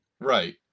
Right